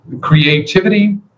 Creativity